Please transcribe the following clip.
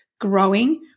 growing